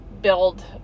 build